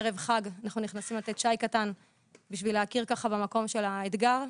בערב חג אנחנו נכנסים לתת שי קטן כדי להכיר במקום של האתגר.